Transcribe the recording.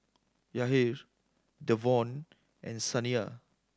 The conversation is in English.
Yair Devaughn and Saniyah